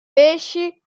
pesci